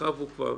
מאחר שהוא כבר